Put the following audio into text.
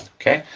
okay?